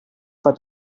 for